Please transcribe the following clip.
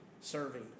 serving